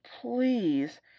please